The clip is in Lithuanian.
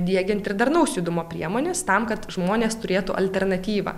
diegiant ir darnaus judumo priemones tam kad žmonės turėtų alternatyvą